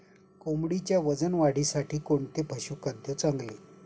कोंबडीच्या वजन वाढीसाठी कोणते पशुखाद्य चांगले?